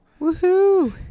Woohoo